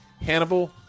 Hannibal